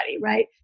right